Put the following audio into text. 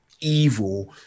Evil